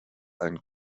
ein